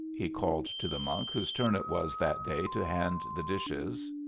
he called to the monk whose turn it was that day to hand the dishes,